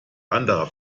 anderer